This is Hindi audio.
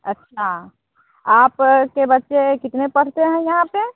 अच्छा आपके बच्चे कितने पढ़ते हैं यहाँ पर